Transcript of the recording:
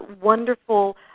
wonderful